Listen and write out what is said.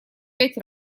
пять